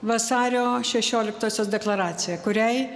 vasario šešioliktosios deklaracija kuriai